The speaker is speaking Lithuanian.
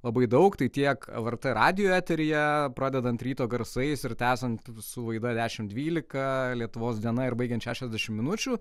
labai daug tai tiek lrt radijo eteryje pradedant ryto garsais ir tęsiant su laida dešim dvylika lietuvos diena ir baigiant šešiasdešim minučių